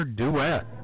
duet